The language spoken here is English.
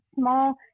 small